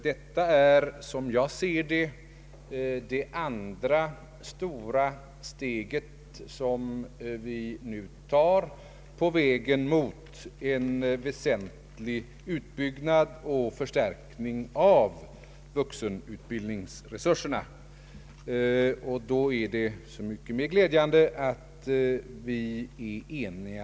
Dei är, som jag ser det, det andra steget vi nu tar på vägen mot en väsentlig utbyggnad och förstärkning av vuxenutbildningens resurser. Då är det så mycket mer glädjande att vi är eniga.